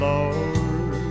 Lord